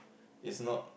it's not